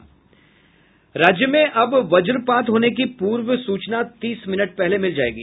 राज्य में अब वज्रपात होने की पूर्व सूचना तीस मिनट पहले मिल जायेगी